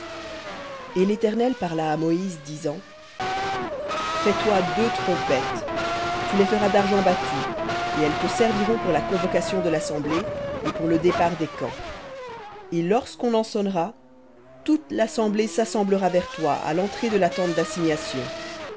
et l'éternel parla à moïse disant fais-toi deux trompettes tu les feras d'argent battu et elles te serviront pour la convocation de l'assemblée et pour le départ des camps et lorsqu'on en sonnera toute l'assemblée s'assemblera vers toi à l'entrée de la tente d'assignation